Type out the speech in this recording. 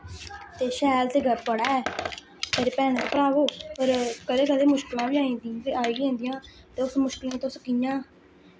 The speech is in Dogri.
ते शैल ते ग पढ़ै मेरी भैने भ्रावो होर कदें कदें मुश्कलां बी आई जंदियां आई गै जन्दियां ते उस मुश्कल गी तुस कि'यां